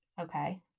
Okay